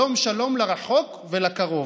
"שלום שלום לרחוק ולקרוב".